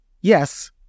Yes